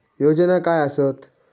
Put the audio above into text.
योजना काय आसत?